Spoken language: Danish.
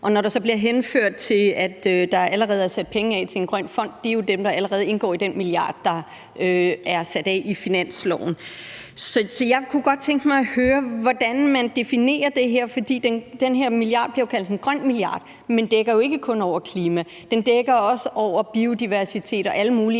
Og når der så bliver henvist til, at der allerede er sat penge af til en grøn fond, vil jeg sige, at det jo er dem, der allerede indgår i den 1 mia. kr., der er sat af i finanslovsforslaget. Så jeg kunne godt tænke mig at høre, hvordan man definerer det her. For den her 1 mia. kr. bliver kaldt en grøn milliard, men dækker jo ikke kun over klima. Den dækker også over biodiversitet og alle mulige